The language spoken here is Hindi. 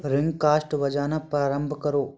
रिंग कास्ट बजाना प्रारंभ करो